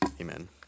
Amen